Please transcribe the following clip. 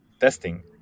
testing